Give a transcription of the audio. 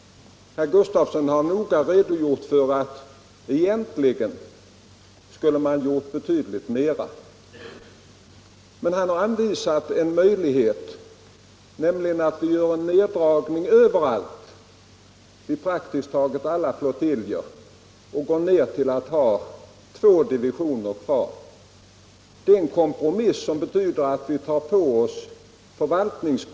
Herr Gustafsson i Uddevalla har noga redogjort för det förhållandet att vi egentligen skulle ha gjort betydligt mera. Men han har anvisat en möjlighet, nämligen att vi gör en neddragning vid praktiskt taget alla flottiljer och stannar för att ha två divisioner kvar. Det är en kompromiss som innebär att vi kan behålla fler flottiljer.